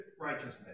righteousness